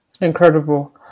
Incredible